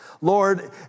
Lord